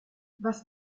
was